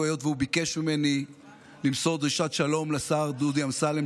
והיות שהוא ביקש ממני למסור דרישת שלום לשר דודי אמסלם,